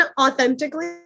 authentically